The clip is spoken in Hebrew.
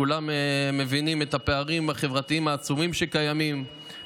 כולם מבינים את הפערים החברתיים העצומים שקיימים,